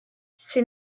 ses